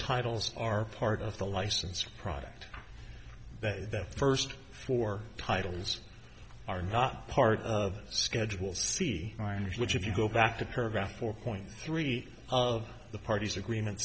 titles are part of the licensed product that the first four titles are not part of a schedule c minor which if you go back a paragraph or point three of the parties agreement